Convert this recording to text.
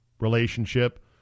relationship